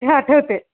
हं ठेवते